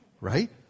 right